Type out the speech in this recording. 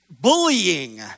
bullying